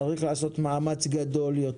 צריך לעשות מאמץ גדול יותר.